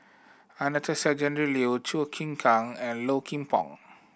Anastasia Tjendri Liew Chim Kang and Low Kim Pong